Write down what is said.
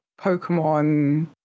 Pokemon